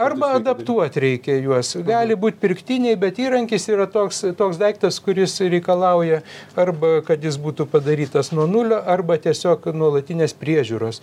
arba adaptuot reikia juos gali būt pirktiniai bet įrankis yra toks toks daiktas kuris reikalauja arba kad jis būtų padarytas nuo nulio arba tiesiog nuolatinės priežiūros